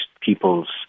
people's